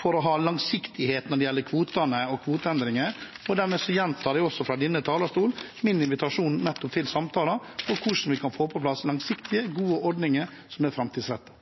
for å ha langsiktighet når det gjelder kvotene og kvoteendringer. Dermed gjentar jeg fra denne talerstol min invitasjon til nettopp samtaler om hvordan vi kan få på plass langsiktige og gode ordninger som er framtidsrettede.